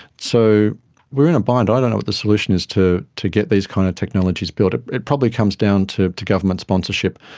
so we are in a bind. i don't know what the solution is to to get these kind of technologies built. ah it probably comes down to to government sponsorship,